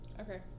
Okay